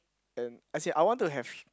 and as in I want to have